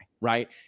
Right